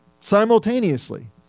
simultaneously